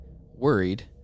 worried